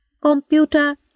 Computer